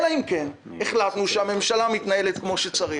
אלא אם כן החלטנו שהממשלה מתנהלת כמו שצריך.